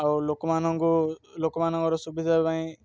ଆଉ ଲୋକମାନଙ୍କୁ ଲୋକମାନଙ୍କର ସୁବିଧା ପାଇଁ